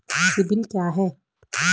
CIBIL क्या है?